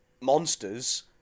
monsters